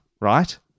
right